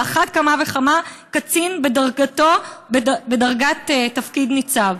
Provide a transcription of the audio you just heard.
על אחת כמה וכמה קצין בדרגת תפקיד ניצב.